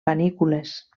panícules